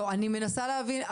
אני מנסה להבין.